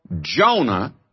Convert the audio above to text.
Jonah